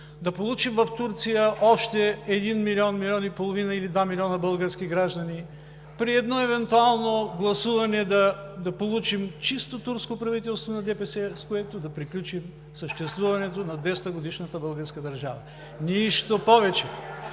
да получим в Турция още един милион – милион и половина или два милиона български граждани, при едно евентуално гласуване да получим чисто турско правителство на ДПС, с което да приключи съществуването на 200-та годишната българска държава. Нищо повече!